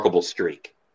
streak